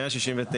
169,